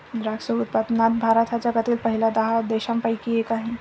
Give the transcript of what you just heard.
द्राक्ष उत्पादनात भारत हा जगातील पहिल्या दहा देशांपैकी एक आहे